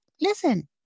listen